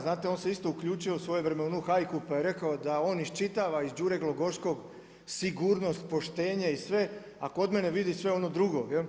Znate on se isto uključio svojevremeno u onu hajku pa je rekao da on iščitava iz Đure Glogoškog sigurnost, poštenje i sve, a kod mene vidi sve ono drugo.